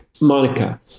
Monica